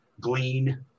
glean